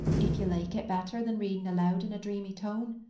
if you like it better than reading aloud in a dreamy tone,